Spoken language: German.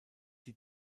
die